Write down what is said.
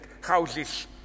houses